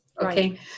Okay